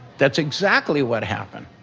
that's exactly what happened.